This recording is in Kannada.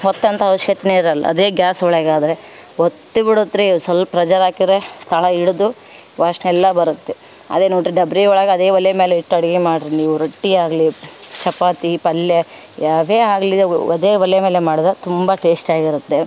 ಹೊತ್ತೊಂಥ ಅವಶ್ಯಕತೇ ಇರೋಲ್ಲ ಅದೇ ಗ್ಯಾಸ್ ಒಳಗೆ ಆದರೆ ಹೊತ್ತಿ ಬಿಡುತ್ರಿ ಸ್ವಲ್ಪ್ ಪ್ರೆಜರ್ ಹಾಕಿರೆ ತಳ ಹಿಡಿದು ವಾಸ್ನೇ ಎಲ್ಲ ಬರುತ್ತೆ ಅದೇನು ಡಬ್ರಿ ಒಳಗೆ ಅದೇ ಒಲೆ ಮ್ಯಾಲೆ ಇಟ್ಟು ಅಡಿಗೆ ಮಾಡ್ರಿ ನೀವು ರೊಟ್ಟಿ ಆಗಲಿ ಚಪಾತಿ ಪಲ್ಯ ಯಾವುದೇ ಆಗಲಿ ಅದೇ ಒಲೆ ಮೇಲೆ ಮಾಡ್ದಾ ತುಂಬ ಟೇಸ್ಟಾಗಿರುತ್ತೆ